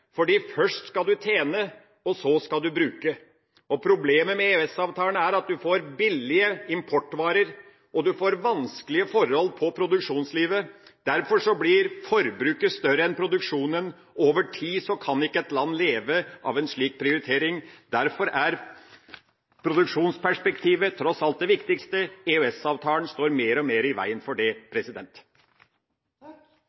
først skal du tjene, og så skal du bruke. Problemet med EØS-avtalen er at du får billige importvarer, og du får vanskelige forhold i produksjonslivet. Derfor blir forbruket større enn produksjonen. Over tid kan ikke et land leve av en slik prioritering. Derfor er produksjonsperspektivet tross alt det viktigste. EØS-avtalen står mer og mer i veien for det.